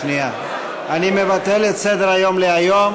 אני מבטל את סדר-היום להיום.